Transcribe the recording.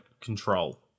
control